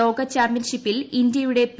ലോക ചാമ്പൃൻഷിപ്പിൽ ഇന്ത്യയുടെ പി